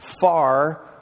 far